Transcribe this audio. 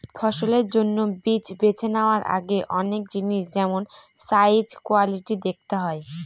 ফসলের জন্য বীজ বেছে নেওয়ার আগে অনেক জিনিস যেমল সাইজ, কোয়ালিটি দেখতে হয়